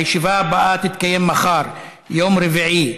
הישיבה הבאה תתקיים מחר, יום רביעי,